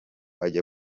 ajya